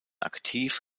aktiv